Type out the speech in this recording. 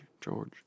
George